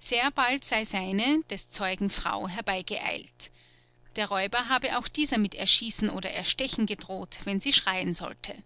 sehr bald sei seine des zeugen frau herbeigeeilt der räuber habe auch dieser mit erschießen oder erstechen gedroht wenn sie schreien sollte